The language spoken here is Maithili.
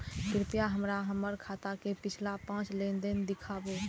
कृपया हमरा हमर खाता के पिछला पांच लेन देन दिखाबू